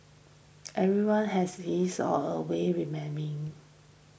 everyone has his or her way